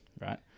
right